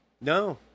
No